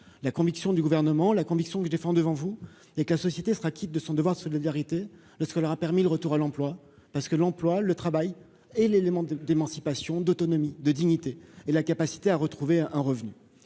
la conviction du gouvernement, la conviction que je défends devant vous et que la société sera quitte de son devoir de solidarité le ce qu'on leur a permis le retour à l'emploi parce que l'emploi, le travail et l'élément de d'émancipation, d'autonomie, de dignité et la capacité à retrouver un revenu,